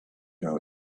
out